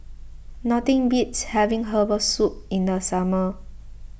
nothing beats having Herbal Soup in the summer